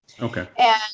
Okay